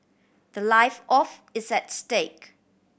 the life of is at stake